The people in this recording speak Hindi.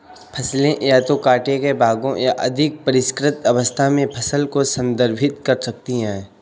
फसलें या तो काटे गए भागों या अधिक परिष्कृत अवस्था में फसल को संदर्भित कर सकती हैं